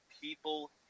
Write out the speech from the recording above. people